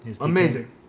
Amazing